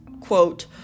quote